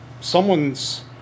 someone's